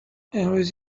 امروز